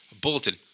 Bulletin